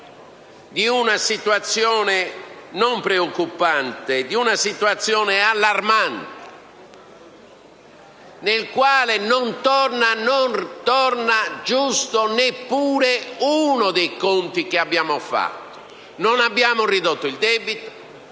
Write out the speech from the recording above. di una situazione non preoccupante, ma allarmante, nella quale non torna giusto neppure uno dei conti che abbiamo fatto. Non abbiamo ridotto il debito